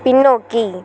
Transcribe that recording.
பின்னோக்கி